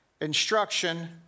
instruction